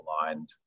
aligned